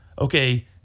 okay